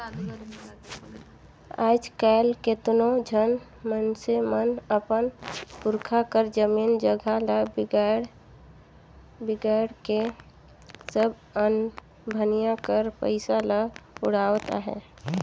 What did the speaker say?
आएज काएल केतनो झन मइनसे मन अपन पुरखा कर जमीन जगहा ल बिगाएड़ के सब अनभनिया कर पइसा ल उड़ावत अहें